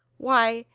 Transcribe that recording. why,